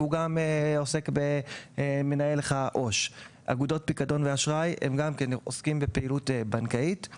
והוא גם מנהל עו"ש; אגודות פיקדון ואשראי עוסקות בפעילות בנקאית;